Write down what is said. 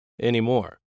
anymore